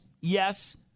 yes